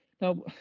Now